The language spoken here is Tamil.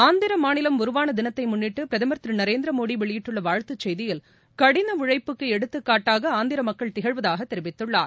ஆந்திர மாநிலம் உருவாள தினத்தை முன்னிட்டு பிரதமர் திரு நரேந்திரமோடி வெளியிட்டுள்ள வாழ்த்துச் செய்தியில் கடின உழைப்புக்கு எடுத்துக்காட்டாக ஆந்திர மக்கள் திகழ்வதாக தெரிவித்துள்ளார்